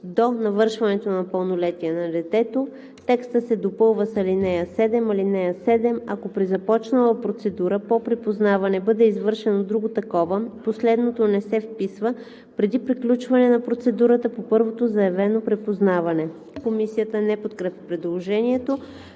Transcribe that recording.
„до навършването на пълнолетие на детето“. - текстът се допълва с ал. 7: „(7) Ако при започнала процедура по припознаване бъде извършено друго такова, последното не се вписва, преди приключване на процедурата по първото заявено припознаване.“ Комисията не подкрепя предложението.